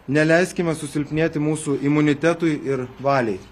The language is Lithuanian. neleiskime susilpnėti mūsų imunitetui ir valiai